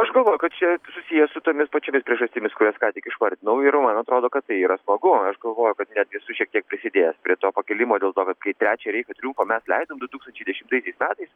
aš galvoju kad čia susiję su tomis pačiomis priežastimis kurias ką tik išvardinau ir man atrodo kad tai yra smagu aš galvoju kad netgi esu šiek tiek prisidėjęs prie to pakilimo dėl to kad kai trečią reicho triumfą mes leidom du tūkstančiai dešimtaisiais metais